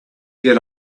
get